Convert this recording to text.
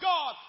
God